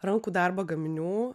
rankų darbo gaminių